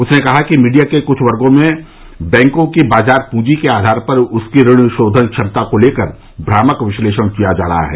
उसने कहा कि मीडिया के कुछ वर्गों में बैंकों की बाज़ार पूंजी के आघार पर उनकी ऋण शोधन क्षमता को लेकर भ्रामक विश्लेषण किया जा रहा है